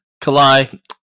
Kalai